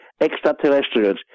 extraterrestrials